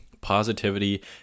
positivity